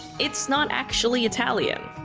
it's not actually italian.